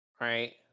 Right